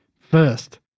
first